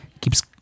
Keeps